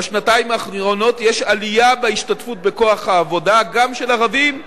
בשנתיים האחרונות יש עלייה בהשתתפות בכוח העבודה גם של ערבים,